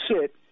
sit